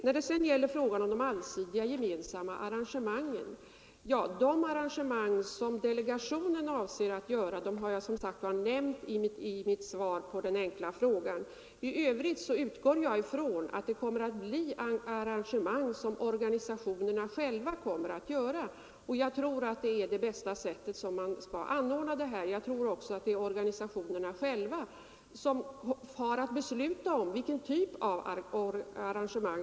Sedan tog herr Romanus upp frågan om de allsidiga gemensamma arrangemangen. De arrangemang som delegationen avser att göra har jag nämnt i svaret på den enkla frågan. I övrigt utgår jag från att det blir arrangemang som organisationerna själva kommer att göra — jag tror det är det bästa sättet.